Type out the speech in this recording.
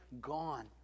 Gone